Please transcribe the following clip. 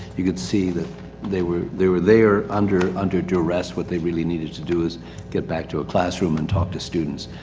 you could see that they were, they were there under, under due rest, what they really needed to do is get back to a classroom and talk to students.